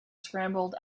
scrambled